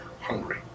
hungry